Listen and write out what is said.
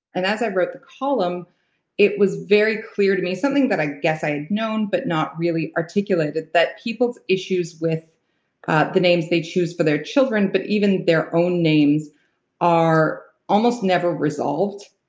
and as i wrote the column it was very clear to me something that but i guess i had known but not really articulated that people's issues with the names they choose for their children but even their own names are almost never resolved.